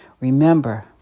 remember